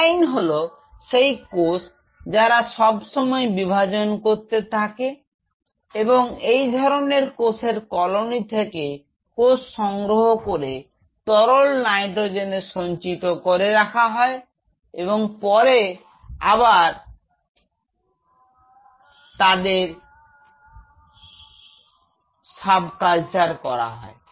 sell line হল সেই কোষ যারা সব সময় বিভাজন করতে থাকে এবং এই ধরনের কোষের কলোনি থেকে কোষ সংগ্রহ করে তরল নাইট্রোজেনে সঞ্চিত করে রাখা হয় এবং পরে আবার দর্শন করার সময় তাদেরকে সাব কালচার করা হয়